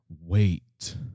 wait